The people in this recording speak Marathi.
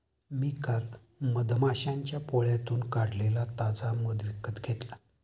मी काल मधमाश्यांच्या पोळ्यातून काढलेला ताजा मध विकत घेतला